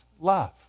love